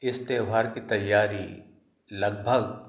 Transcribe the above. इस त्यौहार की तैयारी लगभग